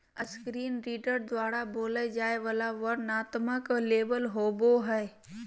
screen reader द्वारा बोलय जाय वला वर्णनात्मक लेबल होबो हइ